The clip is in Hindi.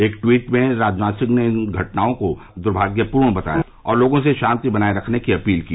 एक ट्वीट में राजनाथ सिंह ने इन घटनाओं को दूर्भाग्यपूर्ण बताया और लोगों से शांति बनाये रखने की अपील की